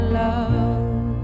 love